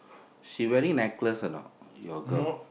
she wearing necklace or not your girl